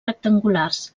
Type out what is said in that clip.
rectangulars